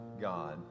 God